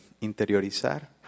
interiorizar